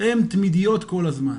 והן תמידיות כל הזמן.